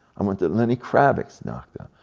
um went to lenny kravitz' doctor,